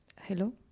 Hello